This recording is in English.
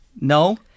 no